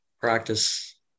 practice